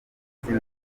muziki